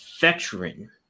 veteran